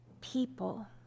people